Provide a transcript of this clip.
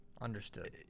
Understood